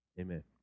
Amen